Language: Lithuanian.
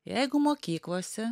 jeigu mokyklose